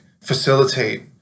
facilitate